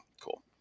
Cool